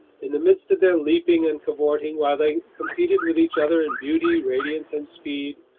in the midst of their leaping and cavorting, while they competed with each other in beauty, radiance, and speed,